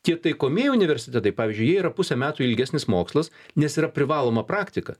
tie taikomieji universitetai pavyzdžiui jie yra pusę metų ilgesnis mokslas nes yra privaloma praktika